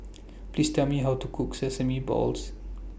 Please Tell Me How to Cook Sesame Balls